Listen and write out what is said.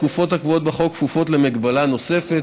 התקופות הקבועות בחוק כפופות למגבלה נוספת.